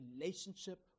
relationship